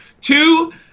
Two